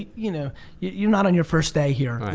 you know you're not on your first day here.